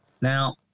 Now